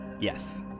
Yes